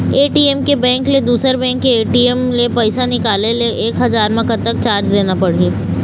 ATM के bank ले दुसर बैंक के ए.टी.एम ले पैसा निकाले ले एक हजार मा कतक चार्ज देना पड़ही?